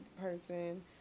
person